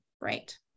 right